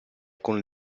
con